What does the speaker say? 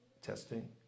Testing